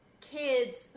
kids